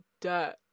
dirt